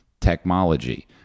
Technology